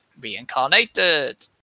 reincarnated